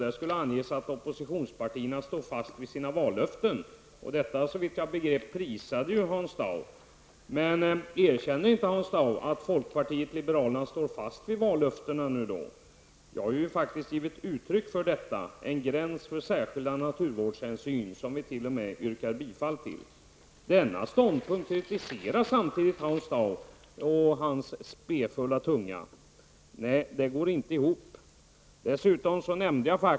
I detta flygblad anges att oppositionspartierna står fast vid sina vallöften, och såvitt jag förstod prisade Hans Dau detta. Erkänner inte Hans Dau nu att folkpartiet liberalerna står fast vid sina vallöften? Jag har faktiskt givit uttryck för detta genom förslaget om att införa en gräns för särskilda naturvårdshänsyn, ett förslag som vi t.o.m. yrkar bifall till. Denna ståndpunkt kritiserar samtidigt Hans Dau med sin spefulla tunga. Detta går inte ihop.